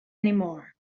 anymore